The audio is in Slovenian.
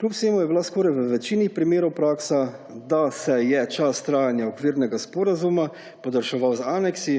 Kljub vsemu je bila skoraj v večini primerov praksa, da se je čas trajanja okvirnega sporazuma podaljševal z aneksi,